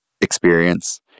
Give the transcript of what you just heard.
experience